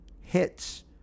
hits